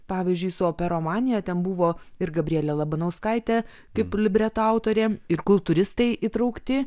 pavyzdžiui su operomanija ten buvo ir gabrielė labanauskaitė kaip libreto autorė ir kultūristai įtraukti